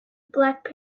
black